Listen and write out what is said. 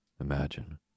Imagine